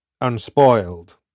unspoiled